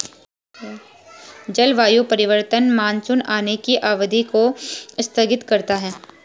जलवायु परिवर्तन मानसून आने की अवधि को स्थगित करता है